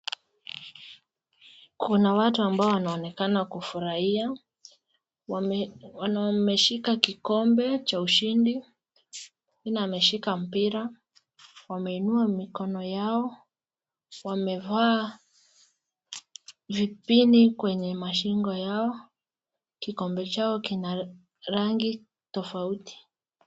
Kuna watu ambao wanaonekana kufurahia. Wameshika kikombe cha ushindi, mwingine ameshika mpira. Wameinua mikono yao, wamevaa vipini kwenye mashingo yao, kikombe chao kina rangi tofauti.